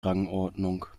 rangordnung